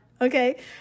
okay